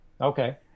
okay